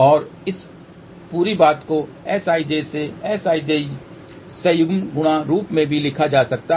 और इस पूरी बात को Sij से Sij संयुग्म गुणा रूप में भी लिखा जा सकता है